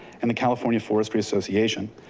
and the california forestry association.